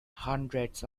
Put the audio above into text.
hundreds